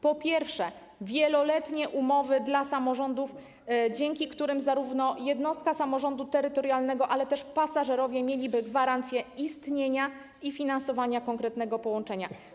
Po pierwsze, wieloletnie umowy dla samorządów, dzięki którym zarówno jednostka samorządu terytorialnego, jak i pasażerowie mieliby gwarancję istnienia i finansowania konkretnego połączenia.